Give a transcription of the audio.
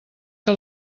que